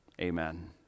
Amen